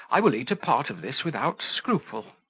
i will eat a part of this without scruple.